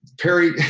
Perry